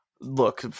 look